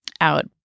out